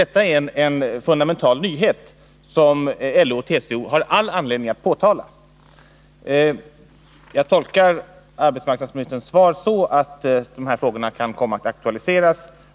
Detta är en fundamental nyhet, som LO och TCO har all anledning att påtala. Jag tolkar arbetsmarknadsministerns svar så, att de här frågorna kan komma att aktualiseras.